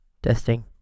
Testing